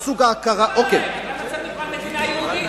למה צריך בכלל מדינה יהודית?